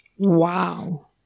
Wow